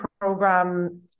program